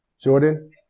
Jordan